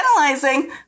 analyzing